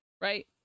right